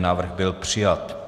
Návrh byl přijat.